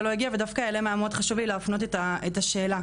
והיה לי חשוב להפנות אליהם את השאלה.